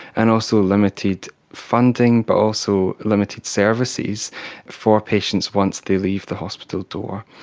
and also limited funding but also limited services for patients once they leave the hospital door.